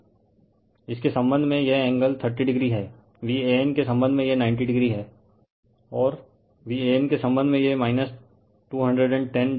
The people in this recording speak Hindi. इसके संबंध में यह एंगल 30o है Van के संबंध में यह 90o है और Van के संबंध में यह 210o हैं